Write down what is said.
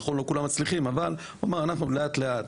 נכון לא כולם מצליחים והוא אמר לאט לאט,